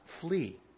flee